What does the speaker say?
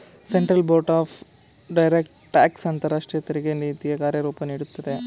central board of direct tax ಅಂತರಾಷ್ಟ್ರೀಯ ತೆರಿಗೆ ನೀತಿಯ ಕಾರ್ಯರೂಪ ನೀಡುತ್ತದೆ